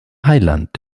heiland